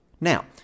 Now